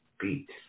beat